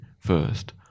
first